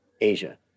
Asia